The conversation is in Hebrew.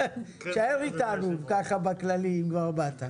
תישאר איתנו ככה בכללי אם כבר באת.